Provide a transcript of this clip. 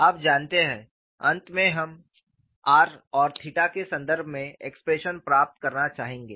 आप जानते हैं अंत में हम r और थीटा के संदर्भ में एक्सप्रेशन प्राप्त करना चाहेंगे